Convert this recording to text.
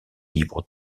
libres